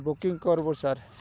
booking କରିବୁ sir